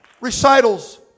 recitals